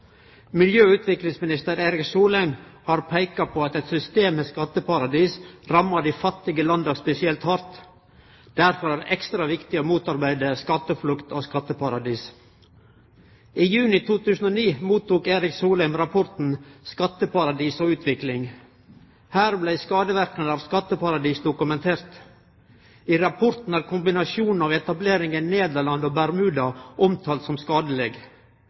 Miljø- og utviklingsminister Erik Solheim har peika på at eit system med skatteparadis rammar dei fattige landa spesielt hardt. Derfor er det ekstra viktig å motarbeide skatteflukt og skatteparadis. I juni 2009 mottok Erik Solheim rapporten Skatteparadis og utvikling. Her blir skadeverknadene av skatteparadis dokumentert. I rapporten er kombinasjonen av etablering i Nederland og Bermuda omtalt som skadeleg.